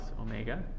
omega